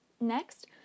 Next